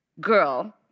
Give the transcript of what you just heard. girl